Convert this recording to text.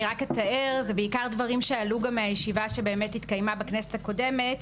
אני אתאר בעיקר דברים שעלו גם מהישיבה שהתקיימה בכנסת הקודמת.